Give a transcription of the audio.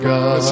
God